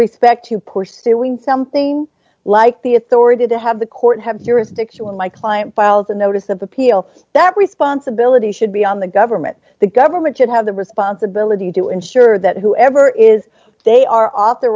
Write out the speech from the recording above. respect to pursuing something like the authority to have the court have jurisdiction when my client files a notice of appeal that responsibility should be on the government the government should have the responsibility to ensure that whoever is they are